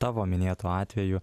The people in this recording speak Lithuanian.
tavo minėtu atveju